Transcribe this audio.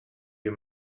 you